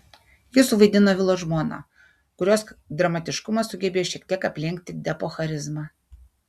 ji suvaidino vilo žmoną kurios dramatiškumas sugebėjo šiek tiek aplenkti depo charizmą